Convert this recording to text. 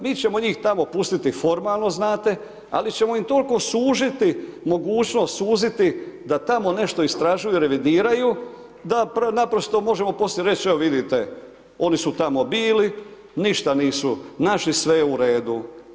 Mi ćemo njih tamo pustiti formalno znate, ali ćemo im toliko suziti mogućnost suziti da tamo nešto istražuju, revidiraju da naprosto možemo poslije reći – evo vidite oni su tamo bili, ništa nisu našli, sve je u redu.